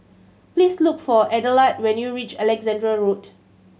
please look for Adelard when you reach Alexandra Road